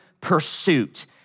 pursuit